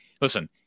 listen